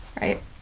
Right